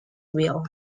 will